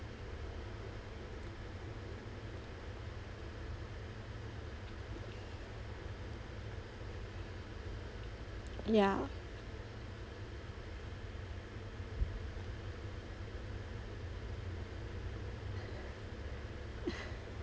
yeah